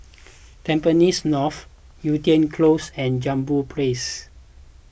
Tampines North Yew Tee Close and Jambol Place